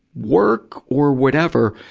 work or whatever.